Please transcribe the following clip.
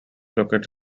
located